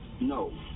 No